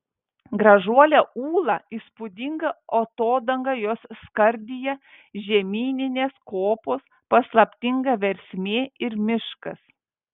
gražuolė ūla įspūdinga atodanga jos skardyje žemyninės kopos paslaptinga versmė ir miškas